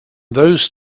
those